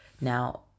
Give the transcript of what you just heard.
Now